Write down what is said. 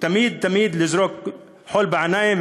ותמיד-תמיד לזרוק חול בעיניים,